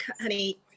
honey